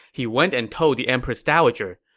he went and told the empress dowager,